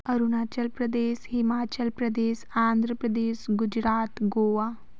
Arunachal Pradesh Himachal Pradesh Andhra Pradesh Gujarat Goa